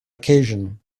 occasion